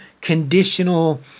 conditional